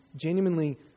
genuinely